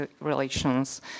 relations